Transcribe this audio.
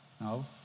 No